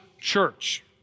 church